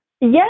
Yes